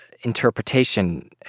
interpretation